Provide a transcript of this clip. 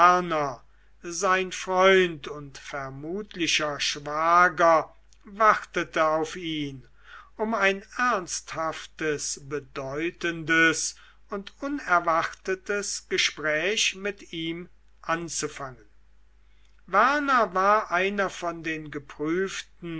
sein freund und vermutlicher schwager wartete auf ihn um ein ernsthaftes bedeutendes und unerwartetes gespräch mit ihm anzufangen werner war einer von den geprüften